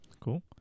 Cool